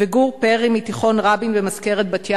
גור פרי מתיכון רבין במזכרת-בתיה,